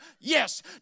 Yes